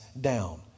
down